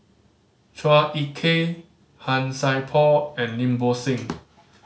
Chua Ek Kay Han Sai Por and Lim Bo Seng